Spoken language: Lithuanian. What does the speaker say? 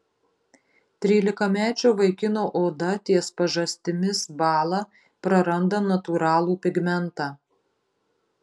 trylikamečio vaikino oda ties pažastimis bąla praranda natūralų pigmentą